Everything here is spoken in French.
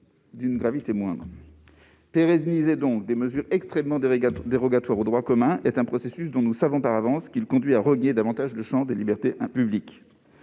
d'une gravité moindre. Pérenniser des mesures extrêmement dérogatoires au droit commun est un processus dont nous savons par avance qu'il conduit à rogner davantage le champ des libertés publiques.